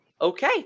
okay